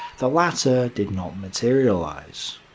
the latter did not materialize,